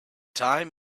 time